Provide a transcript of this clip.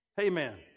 Amen